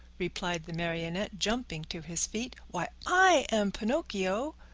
replied the marionette, jumping to his feet. why, i am pinocchio!